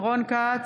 רון כץ,